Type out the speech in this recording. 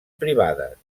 privades